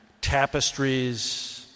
tapestries